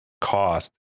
Cost